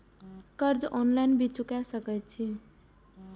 कर्जा ऑनलाइन भी चुका सके छी?